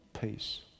peace